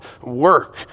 work